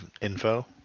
info